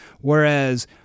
Whereas